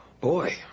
Boy